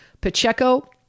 Pacheco